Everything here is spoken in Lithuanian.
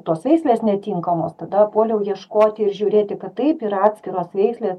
tos veislės netinkamos tada puoliau ieškoti ir žiūrėti kad taip ir atskiros veislės